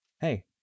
Hey